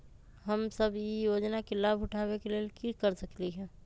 हम सब ई योजना के लाभ उठावे के लेल की कर सकलि ह?